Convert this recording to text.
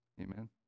Amen